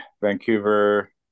Vancouver